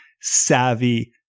savvy